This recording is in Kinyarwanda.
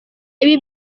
ibi